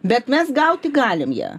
bet mes gauti galim ją